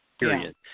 period